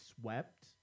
swept